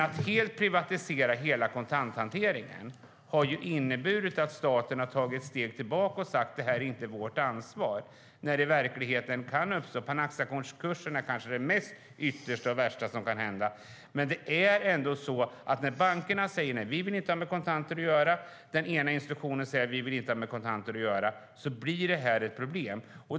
Att helt privatisera hela kontanthanteringen har dock inneburit att staten har tagit ett steg tillbaka och sagt att det inte är dess ansvar, när det i verkligheten kan uppstå situationer där Panaxiakonkursen kanske är exempel på det värsta som kan hända. Det är ändå så att det blir ett problem när bankerna säger att de inte vill ha med kontanter att göra - när den ena institutionen säger att de inte vill ha kontanter att göra.